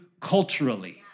culturally